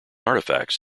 artifacts